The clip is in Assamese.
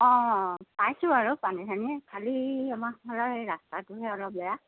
অঁ পাইছো বাৰু পানী চানী খালি আমাক ধৰা সেই ৰাস্তাটোহে অলপ বেয়া